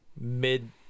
mid